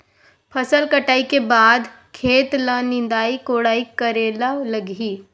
फसल कटाई के बाद खेत ल निंदाई कोडाई करेला लगही?